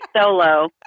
solo